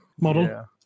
model